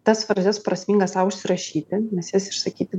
tas frazes prasminga sau užsirašyti nes jas išsakyti